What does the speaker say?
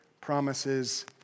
promises